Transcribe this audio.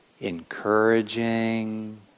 encouraging